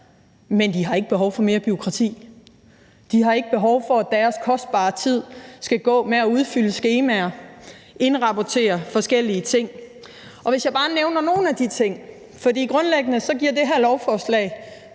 men de har ikke behov for mere bureaukrati. De har ikke behov for, at deres kostbare tid skal gå med at udfylde skemaer og indrapportere forskellige ting. For grundlæggende giver det her lovforslag